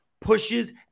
pushes